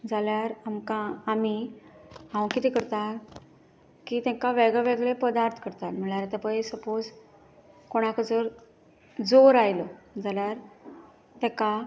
जाल्यार आमकां आमी हांव कितें करता की तेंका वेगळेवेगळे पदार्थ करता म्हण्यार आता पय सपोज कोणाक जर जोर आयलो जाल्यार तेका